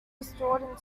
restored